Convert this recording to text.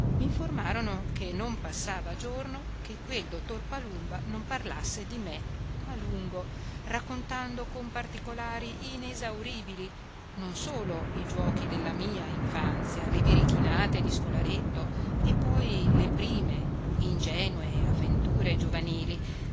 mi informarono che non passava giorno che quel dottor palumba non parlasse di me a lungo raccontando con particolari inesauribili non solo i giuochi della mia infanzia le birichinate di scolaretto e poi le prime ingenue avventure giovanili